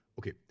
okay